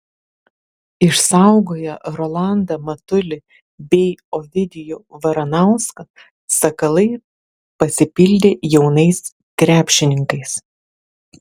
išsaugoję rolandą matulį bei ovidijų varanauską sakalai pasipildė jaunais krepšininkais